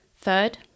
Third